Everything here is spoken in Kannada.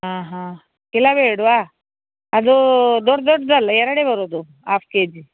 ಹಾಂ ಹಾಂ ಕಿಲೋ ಬೇಡವಾ ಅದು ದೊಡ್ಡ ದೊಡ್ಡದಲ್ಲ ಎರಡೇ ಬರೋದು ಹಾಫ್ ಕೆಜಿ